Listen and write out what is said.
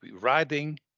riding